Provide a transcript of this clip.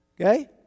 Okay